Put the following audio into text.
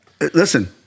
Listen